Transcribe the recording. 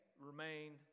remained